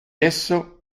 esso